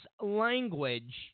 language